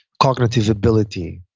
cognitive ability